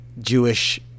Jewish